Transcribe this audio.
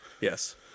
Yes